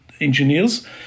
engineers